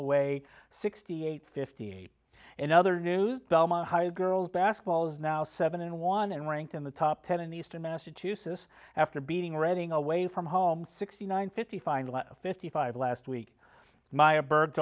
away sixty eight fifty eight and other news delma high girls basketball is now seven in one and ranked in the top ten in the eastern massachusetts after beating redding away from home sixty nine fifty finally fifty five last week maya birds